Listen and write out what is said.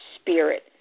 spirit